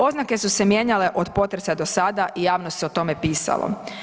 Oznake su se mijenjale od potresa do sada i javno se o tome pisalo.